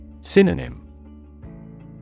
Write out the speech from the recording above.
Synonym